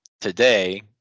today